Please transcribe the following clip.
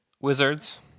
Wizards